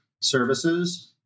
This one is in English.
services